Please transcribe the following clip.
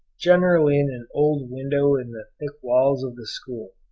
generally in an old window in the thick walls of the school.